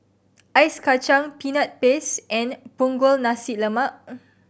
Ice Kachang Peanut Paste and Punggol Nasi Lemak